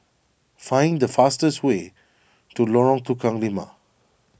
find the fastest way to Lorong Tukang Lima